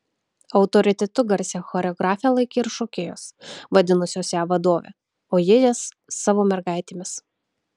autoritetu garsią choreografę laikė ir šokėjos vadinusios ją vadove o ji jas savo mergaitėmis